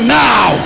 now